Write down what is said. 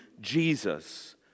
Jesus